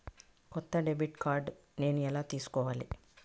కొత్త debit card నేను ఎలా తీసుకోవాలి?